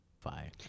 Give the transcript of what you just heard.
Bye